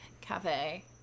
Cafe